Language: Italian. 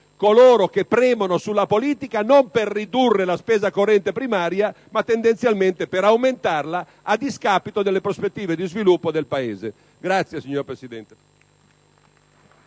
coloro che premono sulla politica non per ridurre la spesa corrente primaria, ma tendenzialmente per aumentarla a discapito delle prospettive di sviluppo del Paese. *(Applausi dal